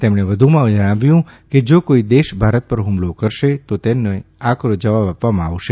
તેમણે વધુમાં જણાવ્યું કે જા કોઇ દેશ ભારત પર હુમલો કરશે તો તેનો આકરો જવાબ આપવામાં આવશે